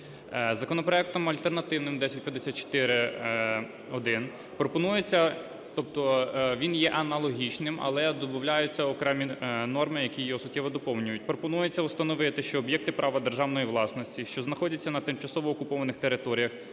Законопроектом альтернативним 1054-1 пропонується… тобто він є аналогічним, але добавляються окремі норми його суттєво доповнюють. Пропонується установити, що об'єкти права державної власності, що знаходяться на тимчасово окупованих територіях,